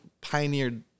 pioneered